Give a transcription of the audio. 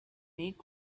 make